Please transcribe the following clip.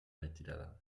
retirada